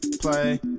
Play